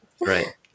Right